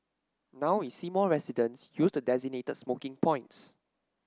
now we see more residents use the designated smoking points